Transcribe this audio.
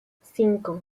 cinco